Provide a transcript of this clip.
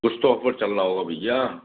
कुछ तो ऑफर चल रहा होगा भैया